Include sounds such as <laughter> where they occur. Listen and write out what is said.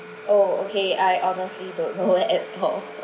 oh okay I honestly don't <laughs> know at all